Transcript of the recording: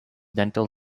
dental